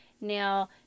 now